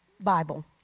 Bible